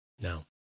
No